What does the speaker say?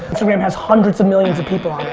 instagram has hundreds of millions of people